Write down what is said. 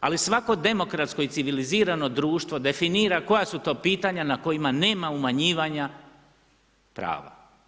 Ali svako demokratsko i civilizirano društvo definira koja su to pitanja na kojima nema umanjivanja prava.